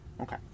Okay